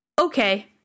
okay